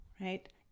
right